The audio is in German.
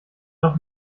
doch